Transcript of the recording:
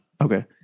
Okay